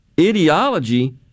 ideology